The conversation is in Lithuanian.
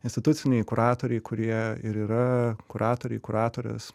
instituciniai kuratoriai kurie ir yra kuratoriai kuratorės